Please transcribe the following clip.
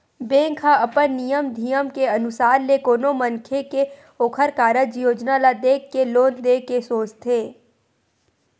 bank ह अपन नियम धियम के अनुसार ले कोनो मनखे के ओखर कारज योजना ल देख के लोन देय के सोचथे